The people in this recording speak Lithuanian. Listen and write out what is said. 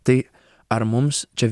tai ar mums čia